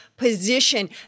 position